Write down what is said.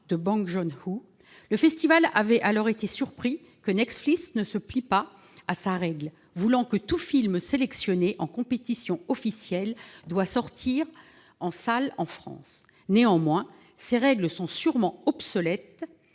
de Bong Joon-ho. Le Festival avait alors été surpris que Netflix ne se plie pas à sa règle voulant que tout film sélectionné en compétition officielle sorte en salles en France. Néanmoins, cette règle est sûrement obsolète